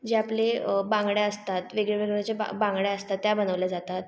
जे आपले बांगड्या असतात वेगळेवेगवेगळे जे बा बांगड्या असतात त्या बनवल्या जातात